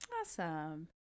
Awesome